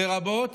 לרבות